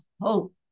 hope